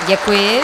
Děkuji.